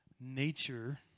nature